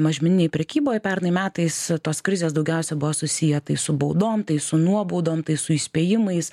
mažmeninėj prekyboj pernai metais tos krizės daugiausia buvo susiję tai su baudom tai su nuobaudom tai su įspėjimais